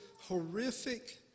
horrific